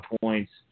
points